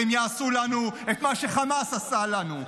והם יעשו לנו את מה שחמאס עשה לנו.